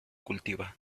cultiva